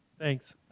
thanks.